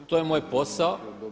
To je moj posao.